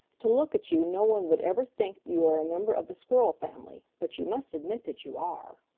to look at you no one would ever think you are a member of the squirrel family, but you must admit that you are.